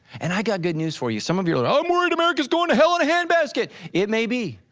and i got good news for you, some of you were like, i'm worried america's going to hell in a hand basket. it may be,